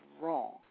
wrong